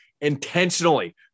intentionally